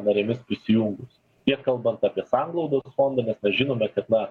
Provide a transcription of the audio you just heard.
narėmis prisijungus tiek kalbant apie sanglaudos fondą mes na žinome kad na